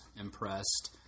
impressed